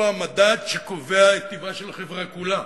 הוא המדד שקובע את טיבה של החברה כולה.